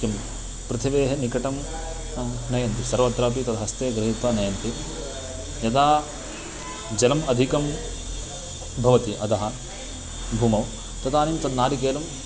किं पृथिवेः निकटं नयन्ति सर्वत्रापि तत् हस्ते गृहीत्वा नयन्ति यदा जलम् अधिकं भवति अधः भूमौ तदानीं तत् नारिकेलं